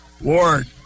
Ward